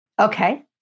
okay